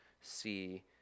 see